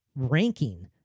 ranking